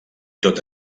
tot